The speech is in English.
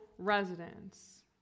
residents